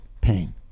pain